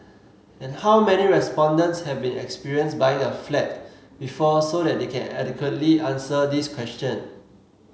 and how many respondents have been experience buying a flat before so that they can adequately answer this question